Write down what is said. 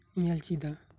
ᱧᱮᱞ ᱪᱤᱫᱟ